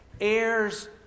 heirs